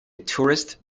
tourist